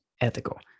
ethical